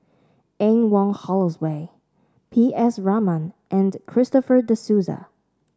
Anne Wong Holloway P S Raman and Christopher De Souza